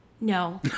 no